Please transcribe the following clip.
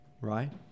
right